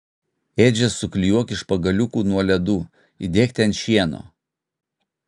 ėdžias suklijuok iš pagaliukų nuo ledų įdėk ten šieno